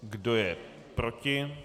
Kdo je proti?